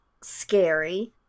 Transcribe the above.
scary